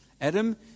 Adam